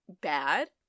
bad